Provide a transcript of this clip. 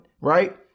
right